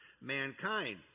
mankind